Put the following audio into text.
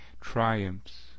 triumphs